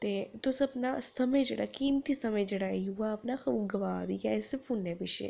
ते तुस अपना समां जेह्ड़ा ऐ कीमती समां जेह्ड़ा ऐ युवा अपना ओह् गवा दी ऐ इस फोनै पिच्छें